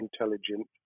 intelligent